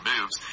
moves